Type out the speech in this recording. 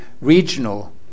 regional